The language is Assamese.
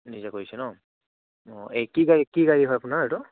নিজে কৰিছে ন অ' এই কি গাড়ী কি গাড়ী হয় আপোনাৰ এইটো